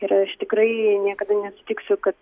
ir aš tikrai niekada nesutiksiu kad